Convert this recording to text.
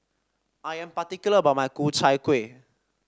I am particular about my Ku Chai Kueh